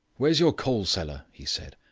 where's your coal-cellar? he said,